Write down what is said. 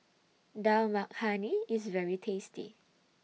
Dal Makhani IS very tasty